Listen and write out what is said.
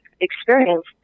experience